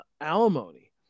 alimony